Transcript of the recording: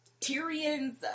Tyrion's